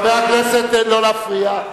חברי הכנסת, לא להפריע.